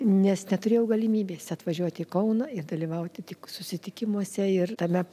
nes neturėjau galimybės atvažiuoti į kauną ir dalyvauti tik susitikimuose ir tame